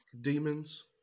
demons